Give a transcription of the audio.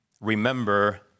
Remember